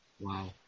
Wow